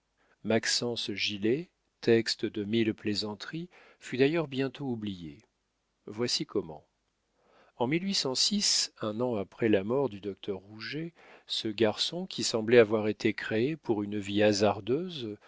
maxence gilet texte de mille plaisanteries fut d'ailleurs bientôt oublié voici comment en un an après la mort du docteur rouget ce garçon qui semblait avoir été créé pour une vie hasardeuse